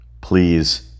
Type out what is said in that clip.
Please